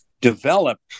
developed